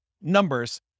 numbers